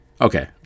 okay